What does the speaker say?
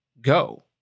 go